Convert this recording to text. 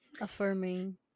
Affirming